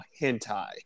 hentai